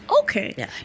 Okay